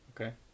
Okay